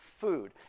food